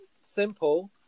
Simple